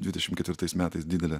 dvidešim ketvirtais metais didelę